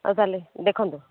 ହଉ ତା'ହେଲେ ଦେଖନ୍ତୁ